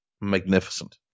magnificent